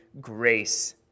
grace